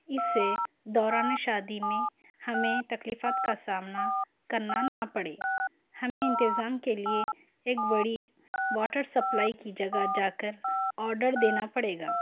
اِس سے دوران شادی میں ہمیں تکلیفوں کا سامنا کرنا نا پڑے ہمیں انتظام کے لئے ایک بڑی واٹر سپلائی کی جگہ جا کر آرڈر دینا پڑے گا